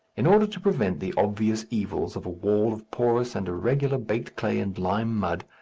in order to prevent the obvious evils of a wall of porous and irregular baked clay and lime mud,